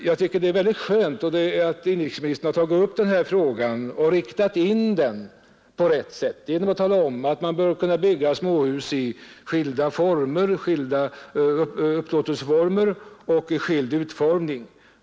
Jag tycker det är skönt att inrikesministern tagit upp denna fråga och riktat in den på rätt sätt genom att tala om att man bör kunna bygga småhus med skilda upplåtelseformer och i skilda utformningar.